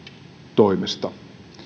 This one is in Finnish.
toimesta